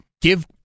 Give